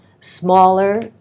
smaller